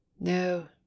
no